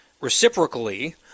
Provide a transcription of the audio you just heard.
reciprocally –